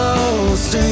Lost